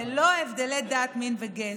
ללא הבדלי דת, מין וגזע.